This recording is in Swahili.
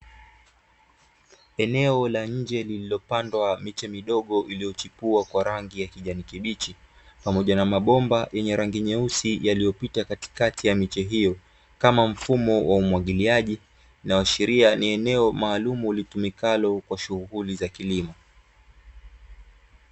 Eneo la nje lililopandwa miche midogo iliyochipua kwa rangi ya kijani kibichi, pamoja na mabomba yenye rangi nyeusi yaliyopita katikati ya miche hiyo, kama mfumo wa umwagiliaji. Linaloashiria ni eneo maalumu litumikalo kwa shughuli za kilimo.